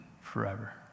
forever